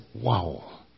wow